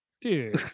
Dude